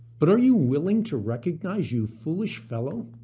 but are you willing to recognize, you foolish fellow,